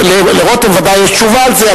לרותם ודאי יש תשובה על זה,